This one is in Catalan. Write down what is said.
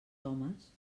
homes